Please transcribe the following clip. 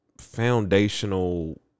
foundational